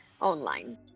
online